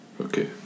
Okay